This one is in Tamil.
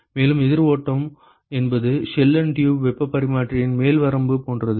மேலும் எதிர் ஓட்டம் என்பது ஷெல் அண்ட் டியூப் வெப்பப் பரிமாற்றியின் மேல் வரம்பு போன்றது